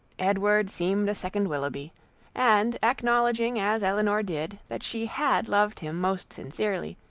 edward seemed a second willoughby and acknowledging as elinor did, that she had loved him most sincerely,